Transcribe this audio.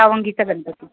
सावंगीचा Ganpati